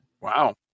wow